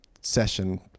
session